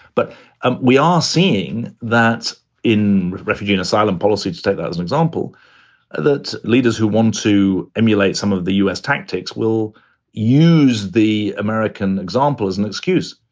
but and we are seeing that in refugee and asylum policy status as an example that leaders who want to emulate some of the u s. tactics will use the american example as an excuse.